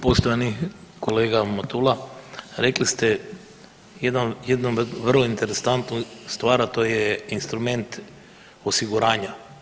Poštovani kolega Matula, rekli ste jednu vrlo interesantnu stvar a to je instrument osiguranja.